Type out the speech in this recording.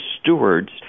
stewards